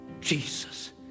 Jesus